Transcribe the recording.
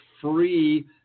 free